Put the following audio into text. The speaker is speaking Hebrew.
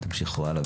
תמשיכו הלאה,